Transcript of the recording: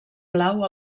blau